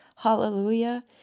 Hallelujah